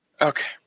Okay